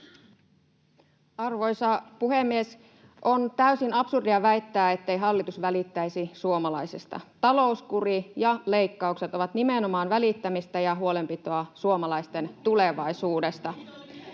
Arvoisa puhemies! On täysin absurdia väittää, ettei hallitus välittäisi suomalaisista. Talouskuri ja leikkaukset ovat nimenomaan välittämistä ja huolenpitoa suomalaisten tulevaisuudesta.